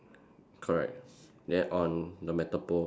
correct then on the metal pole